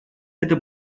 это